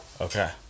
Okay